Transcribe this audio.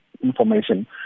information